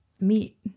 meet